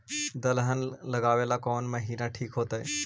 दलहन लगाबेला कौन महिना ठिक होतइ?